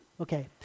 Okay